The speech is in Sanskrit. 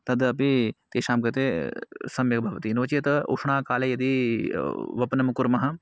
तद् अपि तेषां कृते सम्यग् भवति नो चेत् उष्णकाले यदि वपनं कुर्मः